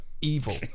evil